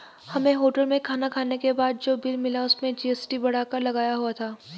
हमें होटल में खाना खाने के बाद जो बिल मिला उसमें जी.एस.टी बढ़ाकर लगाया हुआ था